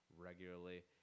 regularly